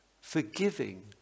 forgiving